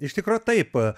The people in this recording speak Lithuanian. iš tikro taip